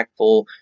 impactful